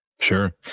Sure